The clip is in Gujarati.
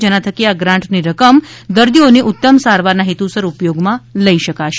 જેના થકી આ ગ્રાન્ટની રકમ દર્દીઓની ઉત્તમ સારવારના હેતુસર ઉપયોગમાં લઇ શકાશે